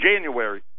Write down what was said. January